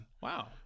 Wow